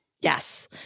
Yes